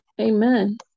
amen